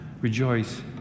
Rejoice